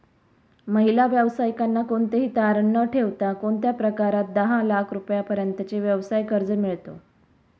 महिला व्यावसायिकांना कोणतेही तारण न ठेवता कोणत्या प्रकारात दहा लाख रुपयांपर्यंतचे व्यवसाय कर्ज मिळतो?